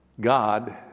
God